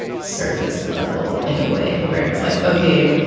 surface level in a way where it's like, okay,